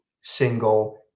single